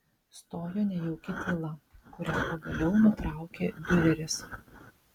stojo nejauki tyla kurią pagaliau nutraukė diureris